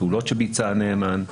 הפעולות שביצע הנאמן,